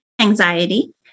anxiety